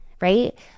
right